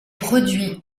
produits